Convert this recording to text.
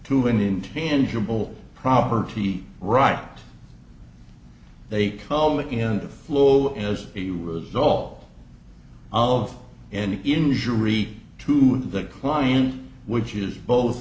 to an intangible property right they call in the flow as a result of any injury to the client which is both